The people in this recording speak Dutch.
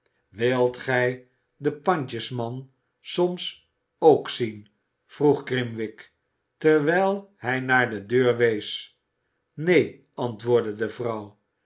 wilt gij den pandjesman soms ook zien vroeg grimwig terwijl hij naar de deur wees neen antwoordde de vrouw